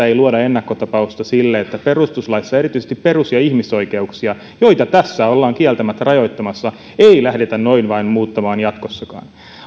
ei luoda ennakkotapausta sille että perustuslaissa erityisesti perus ja ihmisoikeuksia joita tässä ollaan kieltämättä rajoittamassa lähdettäisiin noin vain muuttamaan jatkossakaan